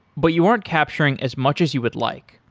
but you aren't capturing as much as you would like.